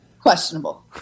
Questionable